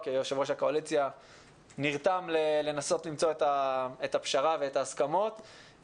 כיושב ראש הקואליציה נרתם לנסות למצוא את הפשרה ואת ההסכמות.